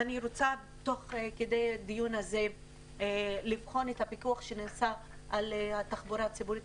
אני רוצה תוך כדי הדיון הזה לבחון את הפיקוח שנעשה על התחבורה הציבורית,